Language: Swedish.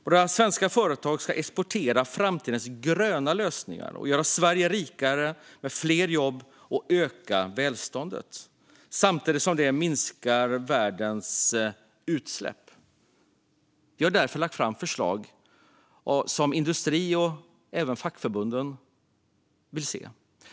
Våra svenska företag ska exportera framtidens gröna lösningar och göra Sverige rikare med fler jobb och ökat välstånd - samtidigt som de minskar världens utsläpp. Vi har därför lagt fram förslag som industrin och även fackförbunden vill se.